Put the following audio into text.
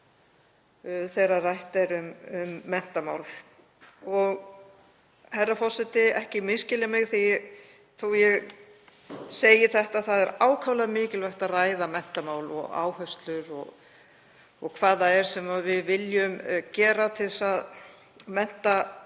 segi þetta, það er ákaflega mikilvægt að ræða menntamál og áherslur og hvað það er sem við viljum gera til að mennta